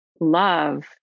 love